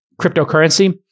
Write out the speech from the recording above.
cryptocurrency